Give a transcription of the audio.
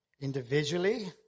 individually